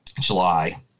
July